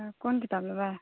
कोन किताब लेबै